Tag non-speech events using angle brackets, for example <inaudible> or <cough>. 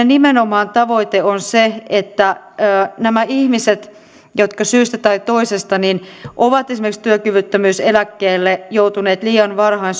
<unintelligible> nimenomaan tavoite on se että nämä ihmiset jotka syystä tai toisesta ovat esimerkiksi työkyvyttömyyseläkkeelle joutuneet liian varhain <unintelligible>